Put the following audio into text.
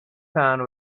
found